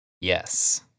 Yes